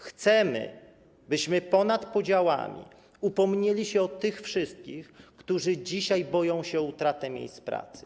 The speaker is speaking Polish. Chcemy, byśmy ponad podziałami upomnieli się o tych wszystkich, którzy dzisiaj boją się o utratę miejsc pracy.